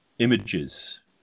images